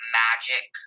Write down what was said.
magic